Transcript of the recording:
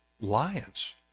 lions